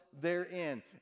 Therein